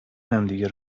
همدیگه